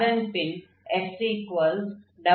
அதன் பின் S∬R|∇f|∇f